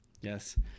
Yes